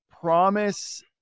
promise